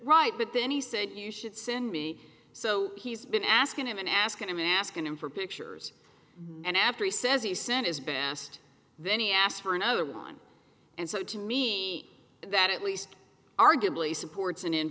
right but then he said you should send me so he's been asking have been asking i'm asking him for pictures and after he says he sent his best then he asked for another one and so to me that at least arguably supports an